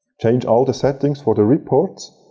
change all the settings for the reports.